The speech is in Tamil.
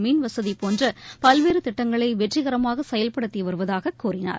மின்வசதி போன்ற பல்வேறு திட்டங்களை வெற்றிகரமாக செயல்படுத்தி வருவதாகக் கூறினார்